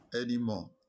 anymore